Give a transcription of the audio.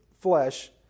flesh